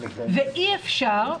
אי אפשר,